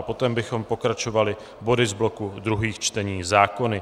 Potom bychom pokračovali body z bloku druhých čtení zákony.